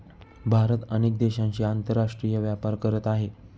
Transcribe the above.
भारत अनेक देशांशी आंतरराष्ट्रीय व्यापार करत आहे